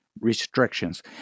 restrictions